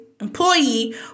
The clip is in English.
employee